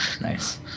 Nice